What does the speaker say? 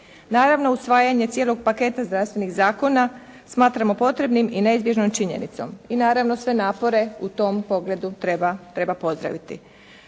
Naravno usvajanje cijelog paketa zdravstvenih zakona smatramo potrebnim i neizbježnom činjenicom i naravno sve napore u tom pogledu treba pozdraviti.